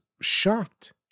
shocked